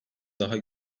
daha